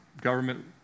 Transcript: government